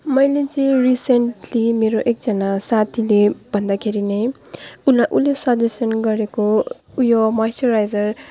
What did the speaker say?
मैले चाहिँ रिसेन्टली मेरो एकजना साथीले भन्दाखेरि नै उलाई उसले सजेसन गरेको ऊ यो मोइस्चराइजर